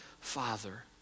Father